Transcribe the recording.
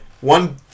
one